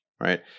right